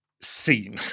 Scene